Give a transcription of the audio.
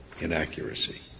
inaccuracy